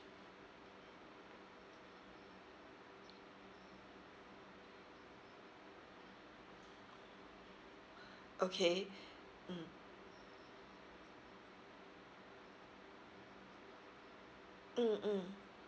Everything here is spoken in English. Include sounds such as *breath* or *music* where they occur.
okay *breath* mm